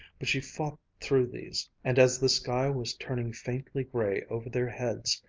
but she fought through these, and as the sky was turning faintly gray over their heads,